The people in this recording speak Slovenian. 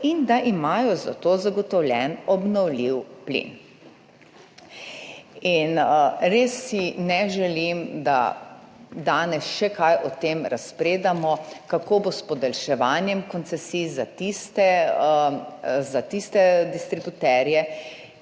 in imajo za to zagotovljen obnovljiv plin. Res si ne želim, da danes še kaj o tem razpredamo, kako bo s podaljševanjem koncesij za tiste distributerje,